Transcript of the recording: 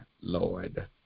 Lord